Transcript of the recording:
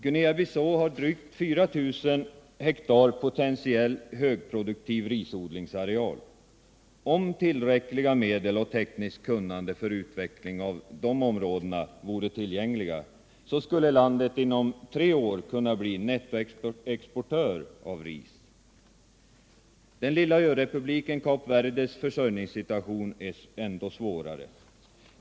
Guinea Bissau har drygt 4 000 hektar potentiell högproduktiv risodlingsareal. Om tillräckliga medel och tekniskt kunnande för utveckling av dessa områden vore tillgängliga, skulle landet inom tre år kunna bli nettoexportör av ris. Den lilla örepubliken Kap Verdes försörjningssituation är än svårare.